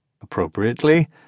appropriately